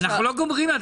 אנחנו לא גומרים.